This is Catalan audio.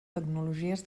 tecnologies